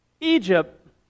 Egypt